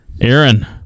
Aaron